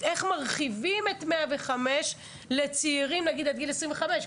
איך מרחיבים את 105 לצעירים עד גיל 25?